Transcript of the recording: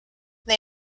they